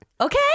okay